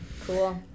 Cool